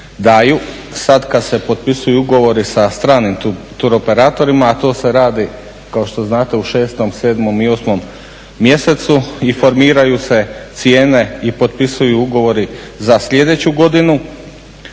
daju sada kada se potpisuju ugovori sa stranim turoperatorima a to se radi kao što znate u 6., 7. i 8. mjesecu i formiraju se cijene i potpisuju ugovori za sljedeću godinu.